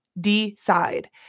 Decide